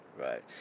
Right